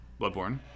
Bloodborne